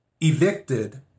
evicted